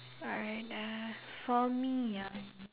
alright ah for me ah